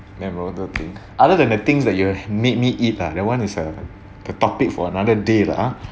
memorable thing other than the things that you've made me eat lah that one is the topic for another day lah ah